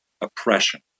oppression